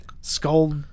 Skull